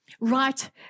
Right